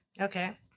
okay